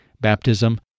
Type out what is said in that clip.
baptism